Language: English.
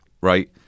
Right